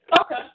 Okay